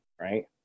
Right